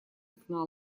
окна